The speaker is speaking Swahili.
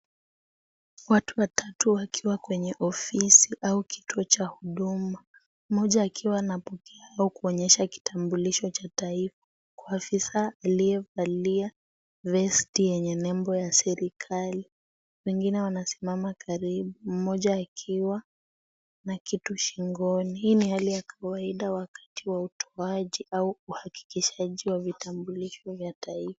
Watu watatu wakiwa kwenye ofisi au kituo cha huduma, mmoja akiwa anapokea au kuonyesha kitambulisho cha taifa, afisa aliyevalia vesti yenye nembo ya serikali. Wengine wanasimama karibu, mmoja akiwa na kitu shingoni. Hii ni hali ya kawaida wakati wa utoaji au uhakikishaji wa vitambulisho vya taifa.